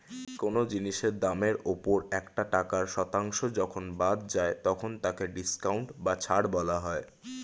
কোন জিনিসের দামের ওপর একটা টাকার শতাংশ যখন বাদ যায় তখন তাকে ডিসকাউন্ট বা ছাড় বলা হয়